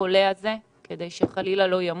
לחולה הזה כדי שחלילה לא ימות,